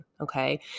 okay